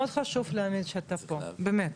מאוד חשוב, עמית, שאתה פה, באמת.